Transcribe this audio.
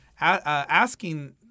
asking